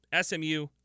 smu